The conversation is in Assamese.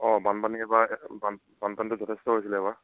অঁ বানপানী এবাৰ বানপানীটো যথেষ্ট হৈছিলে এবাৰ